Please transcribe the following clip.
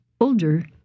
older